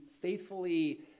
faithfully